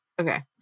Okay